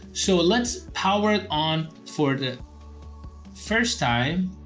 so let's power on for the first time.